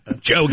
Joe